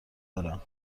دارم